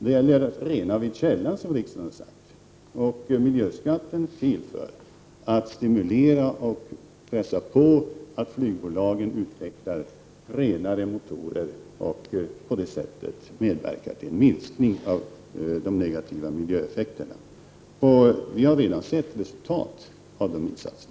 Det gäller att rena vid källan, som riksdagen har sagt. Miljöskatten är till för att stimulera och pressa på, så att flygbolagen utvecklar renare motorer. På det sättet medverkar man till en minskning av de negativa miljöeffekterna. Vi har redan sett resultat när det gäller sådana insatser.